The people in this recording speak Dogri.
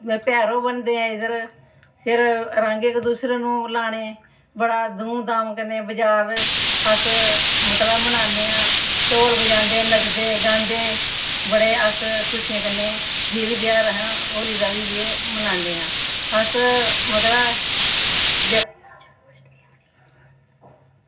में भैरो बनदे ऐ इद्धर फिर रंग इक्क दूसरे नू लाह्ने बड़ा धूम धाम कन्नै बज़ार अस मतलब मनान्ने आं ढोल बजांदे नचदे गांदे बड़े अस खुशियें कन्नै जे बी तेहार अस होली दा बी जे मनान्ने आं अस मतलब